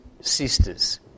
sisters